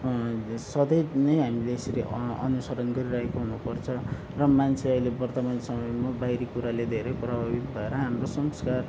सधैँ नै हामीले यसरी अनुसरण गरिरहेको हुनुपर्छ र मान्छे अहिले वर्तमान समयमा बाहिरी कुराले धेरै प्रभावित भएर हाम्रो संस्कार